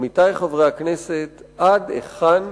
עמיתי חברי הכנסת, עד היכן,